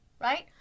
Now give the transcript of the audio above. right